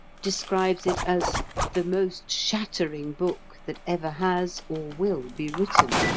describes it as the most shattering book that ever has or will be written.